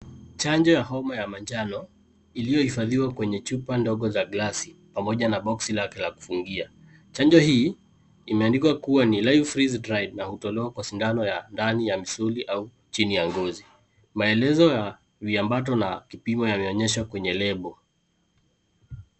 Chanjo ya homa ya manjano, iliohifadhiwa kwenye chupa ndogo za glasi pamoja na boksi lake la kufungia, chanjo hii imeandikwa kuwa ni lion freeze dried na hutolewa kwa sindano ya ndani ya misuli au chini ya ngozi, maelezo ya viambato na kipimo yameonyeshwa kwenye lebo.